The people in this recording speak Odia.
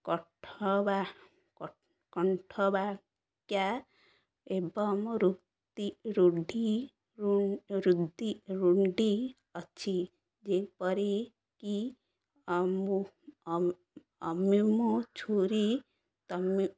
କଣ୍ଠବା କଣ୍ଠ ବା ଏବଂ ରୁଣ୍ଡି ଅଛି ଯେପରିକି ଛୁରୀ ତମ